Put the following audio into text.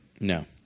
No